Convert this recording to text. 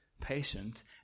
Patient